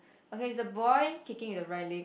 okay is the boy kicking with the right leg